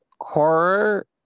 horror